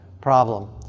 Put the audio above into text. problem